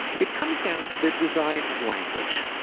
it comes down to the design of language.